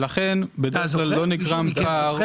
ולכן בדרך כלל לא נגרם פער בין --- מישהו